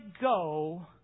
go